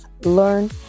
learn